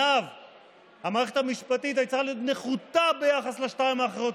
השאלה שעומדת בבסיס התפיסה הזו היא למי המילה האחרונה,